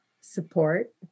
support